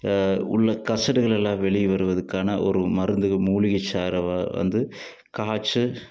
உள்ள கசடுகளெல்லாம் வெளியே வருவதுக்கான ஒரு மருந்து மூலிகை சாறை வந்து காய்ச்சு